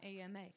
AMA